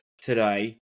today